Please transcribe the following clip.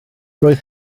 roedd